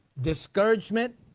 discouragement